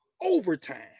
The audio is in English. overtime